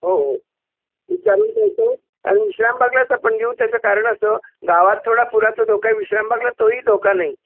हो हो विचारून ठेवतो आणि विश्रामबागलाच आपण घेऊ त्याचं कारण असं गावात थोडा पुराचा धोका आहे विश्रामबागला तोही धोका नाही